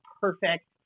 perfect